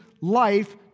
life